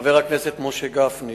חבר הכנסת משה גפני